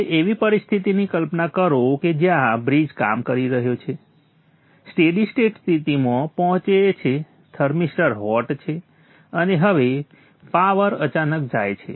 હવે એવી પરિસ્થિતિની કલ્પના કરો કે જ્યાં બ્રિજ કામ કરી રહ્યો છે સ્ટેડી સ્ટેટ સ્થિતિમાં પહોંચે છે થર્મિસ્ટર હોટ છે અને હવે પાવર અચાનક જાય છે